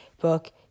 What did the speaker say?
book